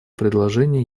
предложение